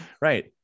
right